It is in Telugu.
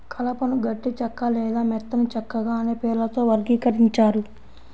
కలపను గట్టి చెక్క లేదా మెత్తని చెక్కగా అనే పేర్లతో వర్గీకరించారు